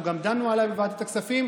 אנחנו גם דנו עליה בוועדת הכספים.